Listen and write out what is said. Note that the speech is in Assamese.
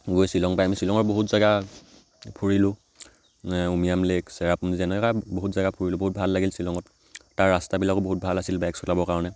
গৈ শ্বিলং পাই আমি শ্বিলঙৰ বহুত জেগা ফুৰিলোঁ উমিয়াম লেক চেৰাপুঞ্জী যেনেকৈ বহুত জেগা ফুৰিলোঁ বহুত ভাল লাগিল শ্বিলঙত তাৰ ৰাস্তাবিলাকো বহুত ভাল আছিল বাইক চলাবৰ কাৰণে